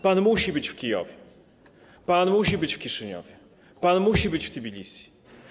Pan musi być w Kijowie, pan musi być w Kiszyniowie, pan musi być w Tbilisi.